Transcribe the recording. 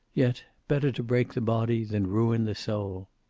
yet better to break the body than ruin the soul.